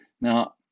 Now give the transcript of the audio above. Now